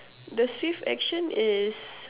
the swift action is